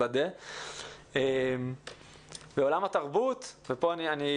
עולם התרבות ופה אני אסיים כי אני תיכף צריך לצאת.